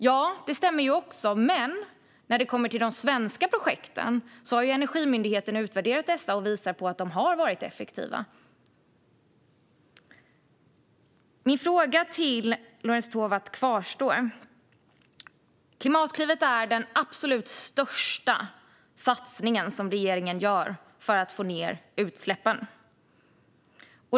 Ja, det stämmer också, men Energimyndigheten har utvärderat de svenska projekten och visat att de har varit effektiva. Min fråga till Lorentz Tovatt kvarstår. Klimatklivet är den absolut största satsning som regeringen gör för att få ned utsläppen.